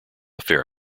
fair